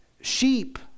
Sheep